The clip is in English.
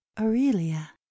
Aurelia